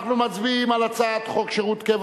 אנחנו מצביעים על הצעת חוק שירות קבע